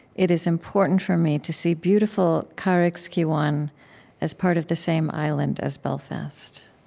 it is important for me to see beautiful carrigskeewaun as part of the same island as belfast.